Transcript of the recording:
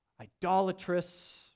idolatrous